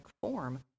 form